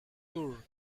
tour